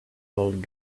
old